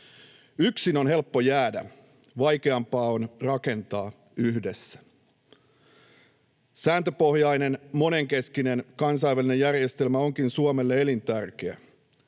Yksin on helppo jäädä, vaikeampaa on rakentaa yhdessä. Sääntöpohjainen monenkeskinen kansainvälinen järjestelmä onkin Suomelle elintärkeä.